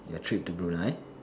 your trip to Brunei